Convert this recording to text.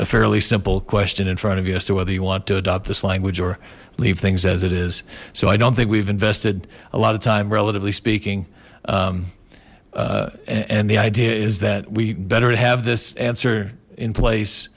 a fairly simple question in front of you as to whether you want to adopt this language or leave things as it is so i don't think we've invested a lot of time relatively speaking and the idea is that we better have this answer in place